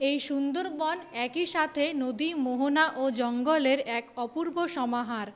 এই সুন্দরবন একই সাথে নদী মোহনা ও জঙ্গলের এক অপূর্ব সমাহার